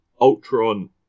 Ultron